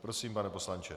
Prosím, pane poslanče.